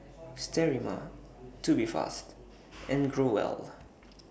Sterimar Tubifast and Growell